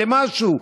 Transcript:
למשהו.